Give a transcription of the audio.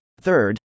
Third